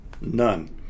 None